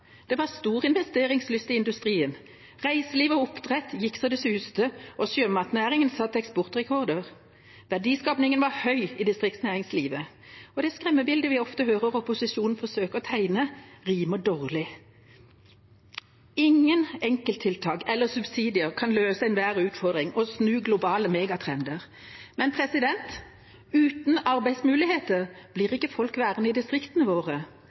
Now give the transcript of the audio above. Det var stor investeringslyst i industrien. Reiseliv og oppdrett gikk så det suste, og sjømatnæringen satte eksportrekorder. Verdiskapingen var høy i distriktsnæringslivet, og det skremmebildet vi ofte hører opposisjonen forsøker å tegne, rimer dårlig. Ingen enkelttiltak eller subsidier kan løse enhver utfordring og snu globale megatrender, men uten arbeidsmuligheter blir ikke folk værende i distriktene våre.